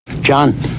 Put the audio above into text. John